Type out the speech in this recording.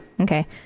okay